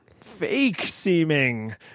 fake-seeming